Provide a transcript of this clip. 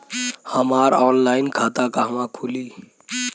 हमार ऑनलाइन खाता कहवा खुली?